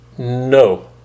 No